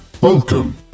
Welcome